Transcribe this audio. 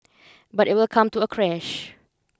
but it will come to a crash